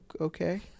okay